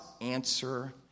answer